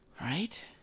right